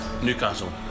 Newcastle